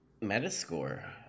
metascore